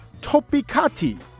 Topikati